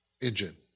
engine